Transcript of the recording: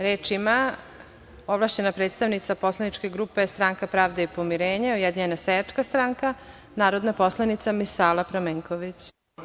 Reč ima ovlašćena predstavnica poslaničke grupe Stranka pravde i pomirenja – Ujedinjena seljačka stranka narodna poslanica Misala Pramenković.